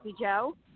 Joe